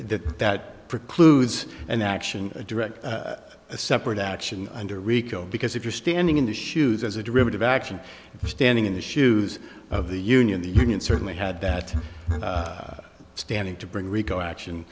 that that precludes an action a direct a separate action under rico because if you're standing in the shoes as a derivative action standing in the shoes of the union the union certainly had that standing to bring rico action